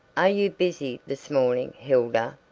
are you busy this morning, hilda?